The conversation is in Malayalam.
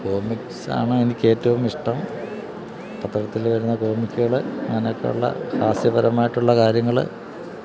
കോമിക്സാണ് എനിക്കേറ്റവും ഇഷ്ടം പത്രത്തില് വരുന്ന കോമിക്കുകള് അങ്ങനെയൊക്കെയുള്ള ഹാസ്യപരമായിട്ടുള്ള കാര്യങ്ങള്